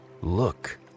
look